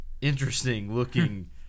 interesting-looking